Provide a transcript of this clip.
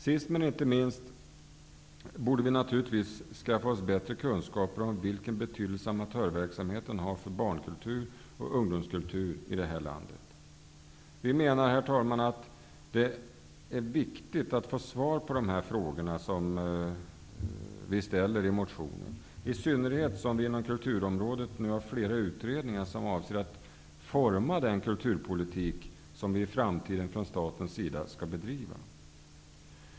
Sist men inte minst borde vi naturligtvis skaffa oss bättre kunskaper om vilken betydelse amatörverksamheten har för barn och ungdomskulturen i det här landet. Herr talman! Vi menar att det är viktigt att få svar på de frågor som vi ställer i motionen. Det är viktigt i synnerhet som vi inom kulturområdet nu har flera utredningar som avser att forma den kulturpolitik som vi i framtiden skall bedriva från statens sida.